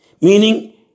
meaning